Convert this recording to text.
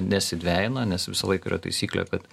nesidvejina nes visą laiką yra taisyklė kad